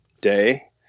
Day